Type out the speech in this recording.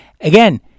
Again